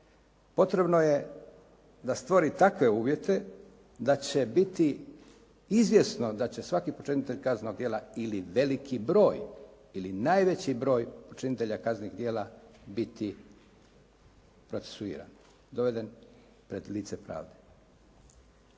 potrebno je da stvori takve uvjete da će biti izvjesno da će svaki počinitelj kaznenog djela ili veliki broj ili najveći broj počinitelja kaznenih djela biti procesuiran, doveden pred lice pravde.